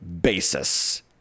basis